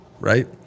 right